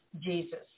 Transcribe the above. Jesus